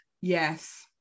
Yes